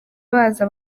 baza